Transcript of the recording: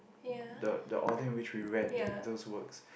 the the audience which we went that those works